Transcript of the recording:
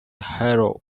harrow